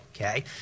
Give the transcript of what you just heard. okay